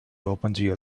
opengl